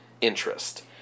interest